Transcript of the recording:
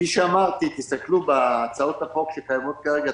כפי שאמרתי, תסתכלו בהצעות החוק שקיימות כרגע.